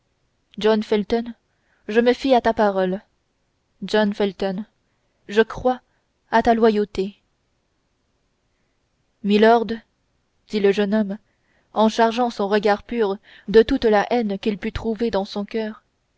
john felton je me fie à ta parole john felton je crois à ta loyauté milord dit le jeune officier en chargeant son regard pur de toute la haine qu'il put trouver dans son coeur